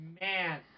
man